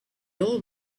old